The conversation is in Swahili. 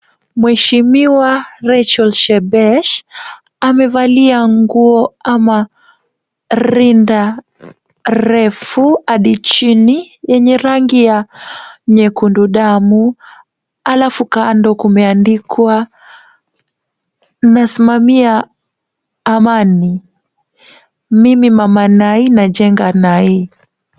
Mheshimiwa Rachel Shebesh amevalia nguo ama rinda refu hadi chini yenye rangi ya nyekundu damu alafu kando kumeandikwa nina simamia amani. Mimi mama Nai, najenga Nai.